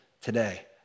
today